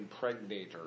impregnator